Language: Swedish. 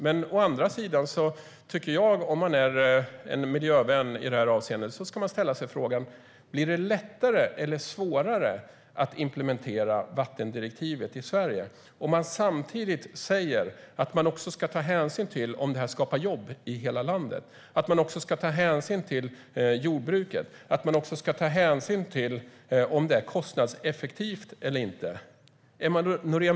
Men å andra sidan tycker jag att om man är miljövän i detta avseende ska man ställa sig frågan: Blir det lättare eller svårare att implementera vattendirektivet i Sverige om man samtidigt säger att man också ska ta hänsyn till om det skapar jobb i hela landet, ta hänsyn till jordbruket och ta hänsyn till om det är kostnadseffektivt eller inte?